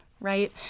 right